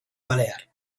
balear